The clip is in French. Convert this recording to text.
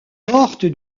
porte